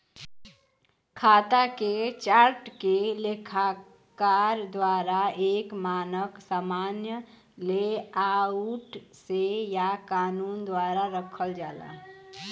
खाता के चार्ट के लेखाकार द्वारा एक मानक सामान्य लेआउट से या कानून द्वारा रखल जाला